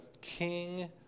King